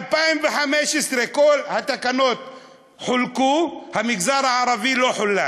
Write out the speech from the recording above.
ב-2015 כל התקנות חולקו, המגזר הערבי, לא חולק.